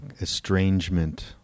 estrangement